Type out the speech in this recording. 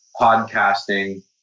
podcasting